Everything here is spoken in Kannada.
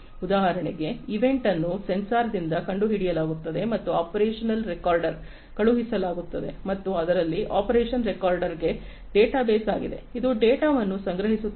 ಉದಾಹರಣೆಗೆ ಈವೆಂಟ್ ಅನ್ನು ಸೆನ್ಸಾರ್ದಿಂದ ಕಂಡುಹಿಡಿಯಲಾಗುತ್ತದೆ ಮತ್ತು ಆಪರೇಷನಲ್ ರೆಕಾರ್ಡರ್ಗೆ ಕಳುಹಿಸಲಾಗುತ್ತದೆ ಮತ್ತು ಅದರಲ್ಲಿ ಆಪರೇಷನಲ್ ರೆಕಾರ್ಡರ್ಗೆ ಡೇಟಾಬೇಸ್ ಆಗಿದೆ ಅದು ಡೇಟಾವನ್ನು ಸಂಗ್ರಹಿಸುತ್ತದೆ